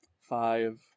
five